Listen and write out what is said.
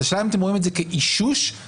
השאלה היא אם אתם רואים את זה כאישוש להערכה